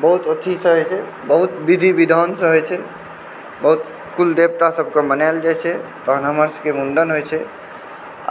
बहुत अथीसँ होइत छै बहुत विधि विधानसँ होइत छै बहुत कुल देवतासभकेँ मनायल जाइत छै तहन हमरसभके मुण्डन होइत छै